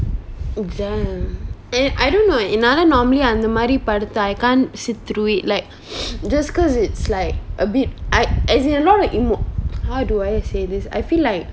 damn I don't know eh என்னால:ennala normally அந்த மாறி படத்த:antha mari padatha I can't sit through it like just cause it's like a bit I as in a lot of emo~ how do I say this I feel like